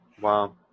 Wow